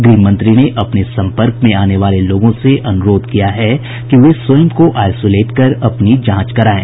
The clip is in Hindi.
गृहमंत्री ने अपने संपर्क में आने वाले लोगों से अनुरोध किया है कि वे स्वयं को आइसोलेट कर अपनी जांच कराएं